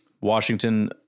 Washington